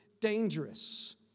dangerous